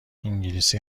انگلیسی